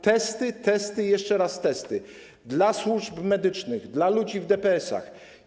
Testy, testy i jeszcze raz testy dla służb medycznych, dla ludzi w DPS-ach.